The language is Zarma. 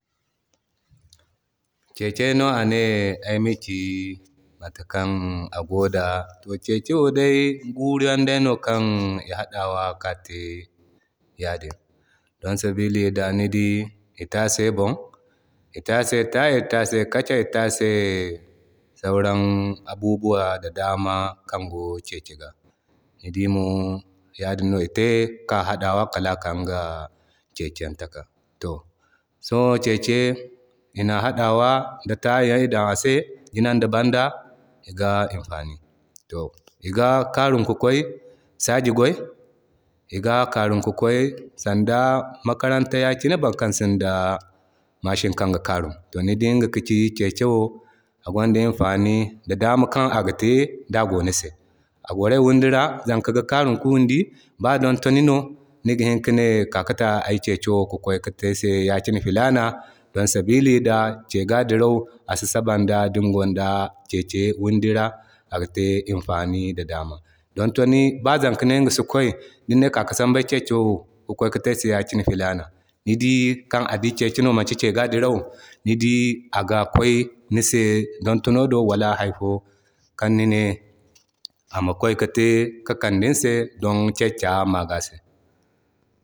Keke no ane ayma ki mata kan no ago da. To keke wo day guuruyan day no kan i hadawa ka te ya din. Don sabili da ni dii ite ase bon, ite ase taya, ite kaca, ite ase sauran abubuwa da dama kan go keke ga. Ni dii mo yadin no ite ka hadawa kala ka iŋga kekenta ga. To so keke ina hadawa da tayayi, idan ase gina da banda iga imfanin da. To iga karum ki kway saaji gway, iga karum ki kway sanda makaranta yakine boro kan sin da mashin kan ga karum. To ni dii iŋga ka ci Keke wo agwanda imfani di dama kan aga te da go ni se. A gwaray wundi ra zanka gi karum ki wundi, ba dontani no niga ne ka ki ta ay Keke wo ki kway ki te ayse yakine filana don sabili da Kee ga dirau a si saban da din gwanda keke wundira aga te imfani da dama. Dontani ba zaka ne iga si kway din ne kaki sambu ay keke wo ki te ay se yakine filana. Ni dii kan adi Keke no kan manti Kee ga dirau ni dii aga kway ni se dontano do wala hayfo kan nine ama kway ki te ki kade ni se don Keke se